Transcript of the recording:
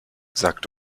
sagt